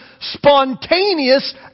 spontaneous